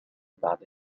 بعد